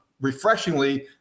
refreshingly